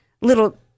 little